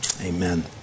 amen